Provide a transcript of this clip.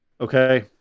okay